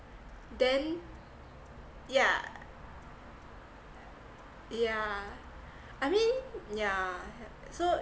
then yeah yeah I mean yeah so